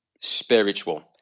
spiritual